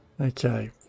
Okay